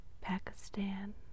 Pakistan